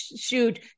shoot